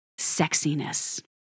sexiness